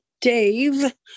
Dave